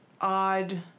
odd